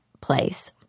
place